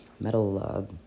Metal